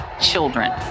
children